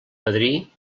padrí